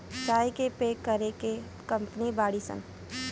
चाय के पैक करे के कंपनी बाड़ी सन